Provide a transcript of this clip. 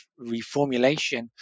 reformulation